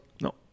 No